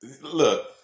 Look